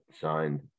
signed